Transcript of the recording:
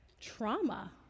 trauma